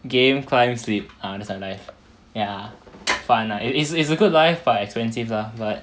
game climb sleep ah that's my life ya fun lah it's it's a good life but expensive lah but